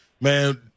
man